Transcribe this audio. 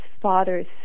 father's